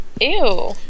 Ew